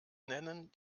nennen